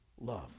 love